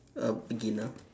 err beginner